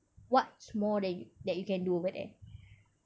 what's more that yo~ that you can do over there